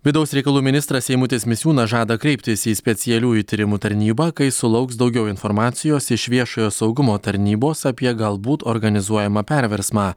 vidaus reikalų ministras eimutis misiūnas žada kreiptis į specialiųjų tyrimų tarnybą kai sulauks daugiau informacijos iš viešojo saugumo tarnybos apie galbūt organizuojamą perversmą